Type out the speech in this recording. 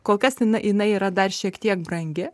kol kasji jinai yra dar šiek tiek brangi